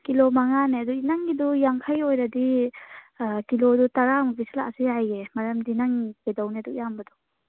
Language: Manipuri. ꯀꯤꯂꯣ ꯃꯉꯥꯅꯦ ꯑꯗꯨ ꯅꯪꯒꯤꯗꯨ ꯌꯥꯡꯈꯩ ꯑꯣꯏꯔꯗꯤ ꯀꯤꯂꯣꯗꯣ ꯇꯔꯥꯃꯨꯛ ꯄꯤꯁꯤꯜꯂꯛꯑꯁꯨ ꯌꯥꯏꯌꯦ ꯃꯔꯝꯗꯤ ꯅꯪ ꯀꯩꯗꯧꯅꯤ ꯑꯗꯨꯛ ꯌꯥꯝꯕꯗꯣ